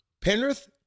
Penrith